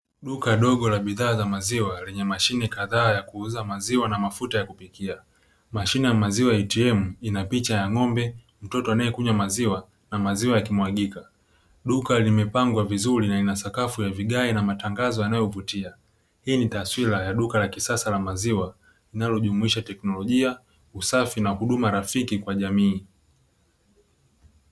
Duka dogo la bidhaa za maziwa lenye mashine kadhaa ya kuuza maziwa na mafuta ya kupikia. Mashine ya maziwa ya "ATM" ina picha ya ng'ombe, mtoto anayekunywa maziwa na maziwa yakimwagika; duka limepangwa vizuri na ina sakafu ya vigae na matangazo ya nayovutia. Hii ni taswira ya duka la kisasa la maziwa linalojumuisha teknolojia, usafi na huduma rafiki kwa jamii.